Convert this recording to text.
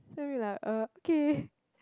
then we like uh okay